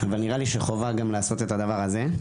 אבל נראה לי שחובה גם לעשות את הדבר הזה.